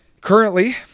currently